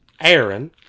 Aaron